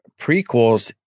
prequels